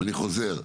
אני חוזר,